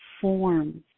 forms